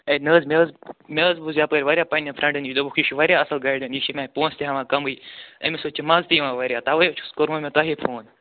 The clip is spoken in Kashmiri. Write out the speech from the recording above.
اے نہٕ حظ مےٚ حظ مےٚ حظ بوٗز یپٲرۍ وارِیاہ پَنٛنیو فرٛٮ۪نٛڈو نِش دوٚپُکھ یہِ چھُ واریاہ اَصٕل گایڈٮ۪ن یہِ چھُ مےٚ پونٛسہٕ تہِ ہٮ۪وان کَمٕے أمِس سۭتۍ چھِ مزٕ تہِ یِوان وارِیاہ تَوَے حظ چھُس کوٚرمو مےٚ تۄہی فون